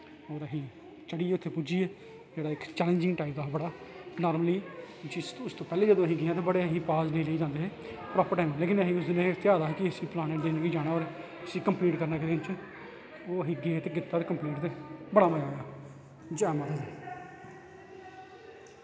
होर असीं चढ़ी गे उत्थें पुज्जी गे जेह्ड़ा इक चैलेंज़िंग टाइम हा बड़ा नार्मिली जिसदे उसदे पैह्लें अस जदूं गे हां ते बड़े पाज़िटिव हे प्रापर लेकिन उस दिन असें ध्याए दा हा कि असें इस दिन जाना इसी कंप्लीट करना इक दिन च ओह् असीं गे ते कीता कंप्लीट ते बड़ा मज़ा आया जै माता दी